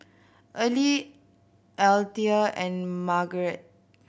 Earlie Althea and Margeret